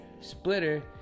splitter